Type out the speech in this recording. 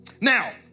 Now